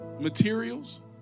materials